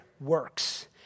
works